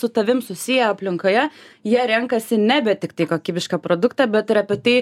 su tavim susiję aplinkoje jie renkasi nebe tiktai kokybišką produktą bet ir apie tai